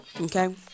okay